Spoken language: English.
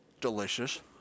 Delicious